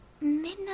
Midnight